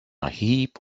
heap